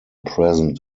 present